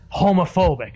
homophobic